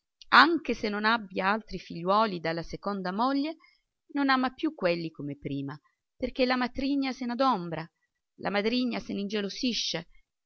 anche se non abbia altri figliuoli dalla seconda moglie non ama più quelli come prima perché la madrigna se n'adombra la madrigna se ne ingelosisce